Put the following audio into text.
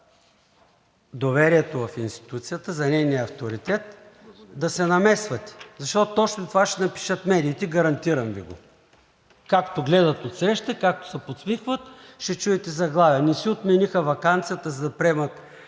доверието в институцията, за нейния авторитет, да се намесвате, защото точно това ще напишат медиите – гарантирам Ви го, както гледат отсреща, както се подсмихват, ще чуете заглавие: „Не си отмениха ваканцията, за да приемат